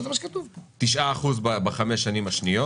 9 אחוזים בחמש השנים השניות.